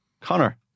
Connor